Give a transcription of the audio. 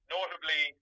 Notably